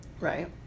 Right